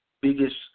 biggest